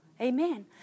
Amen